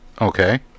Okay